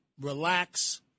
relax